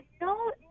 no